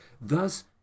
thus